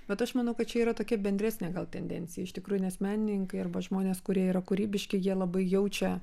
bet aš manau kad čia yra tokia bendresnė gal tendencija iš tikrųjų nes menininkai arba žmonės kurie yra kūrybiški jie labai jaučia